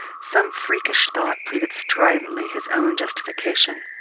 some freakish thought pleaded stridently his own justification.